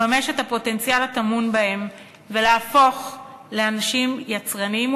לממש את הפוטנציאל הטמון בהם ולהפוך לאנשים יצרניים